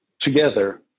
together